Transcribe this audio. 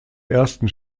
ersten